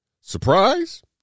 surprise